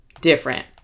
Different